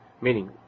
Meaning